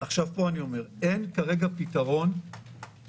פה אני אומר, אין כרגע פתרון מערכתי